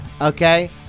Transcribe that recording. Okay